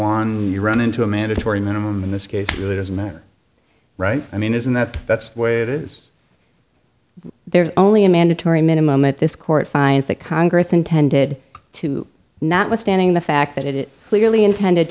on you run into a mandatory minimum in this case it really doesn't matter right i mean isn't that that's the way it is there's only a mandatory minimum that this court finds that congress intended to notwithstanding the fact that it clearly intended